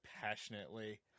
passionately